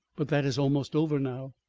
but that is almost over now.